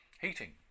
Heating